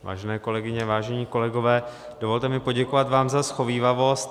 Vážené kolegyně, vážení kolegové, dovolte mi poděkovat vám za shovívavost.